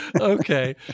Okay